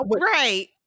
right